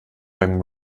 beim